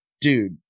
dude